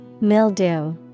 Mildew